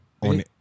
on